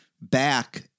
Back